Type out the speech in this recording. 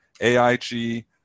AIG